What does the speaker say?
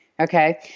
Okay